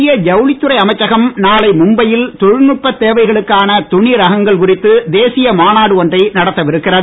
மத்திய ஜவுளித்துறை அமைச்சகம் நாளை மும்பை யில் தொழல்நுட்பத் தேவைகளுக்கான துணி ரகங்கள் குறித்தும தேசிய மாநாடு ஒன்றை நடத்தவிருக்கிறது